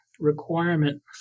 requirement